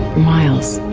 miles.